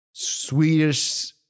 Swedish